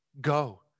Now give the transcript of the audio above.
Go